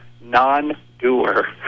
non-doer